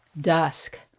dusk